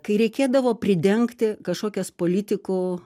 kai reikėdavo pridengti kažkokias politikų